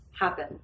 happen